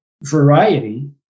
variety